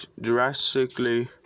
drastically